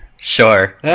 Sure